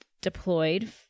deployed